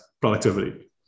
productivity